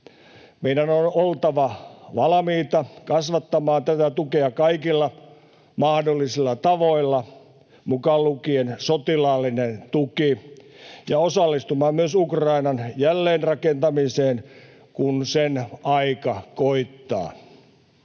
Meidän on oltava valmiita kasvattamaan tätä tukea kaikilla mahdollisilla tavoilla — mukaan lukien sotilaallinen tuki — ja osallistumaan myös Ukrainan jälleenrakentamiseen, kun sen aika koittaa,